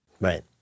Right